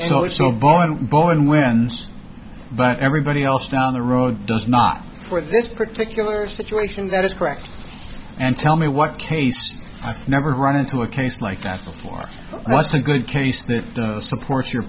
so so foreign born when but everybody else down the road does not for this particular situation that is correct and tell me what case i've never run into a case like that before what's a good case that supports your